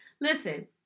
Listen